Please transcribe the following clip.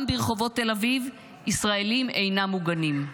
גם ברחובות תל אביב ישראלים אינם מוגנים.